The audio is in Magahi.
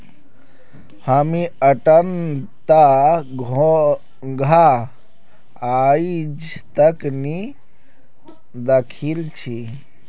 हामी अट्टनता घोंघा आइज तक नी दखिल छि